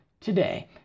today